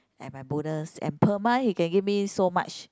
add my bonus and per month he can give me so much